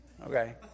okay